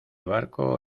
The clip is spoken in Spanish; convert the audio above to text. barco